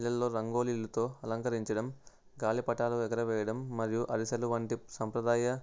ఇళ్ళల్లో రంగోలీలతో అలంకరించడం గాలిపటాలు ఎగరవేయడం మరియు అరిసెలు వంటి సంప్రదాయ